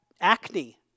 acne